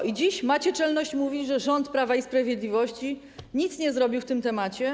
I dziś macie czelność mówić, że rząd Prawa i Sprawiedliwości nic nie zrobił w tej sprawie.